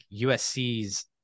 USC's